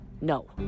No